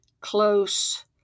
close